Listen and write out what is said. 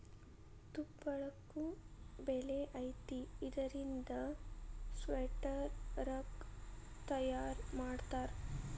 ತುಪ್ಪಳಕ್ಕು ಬೆಲಿ ಐತಿ ಇದರಿಂದ ಸ್ವೆಟರ್, ರಗ್ಗ ತಯಾರ ಮಾಡತಾರ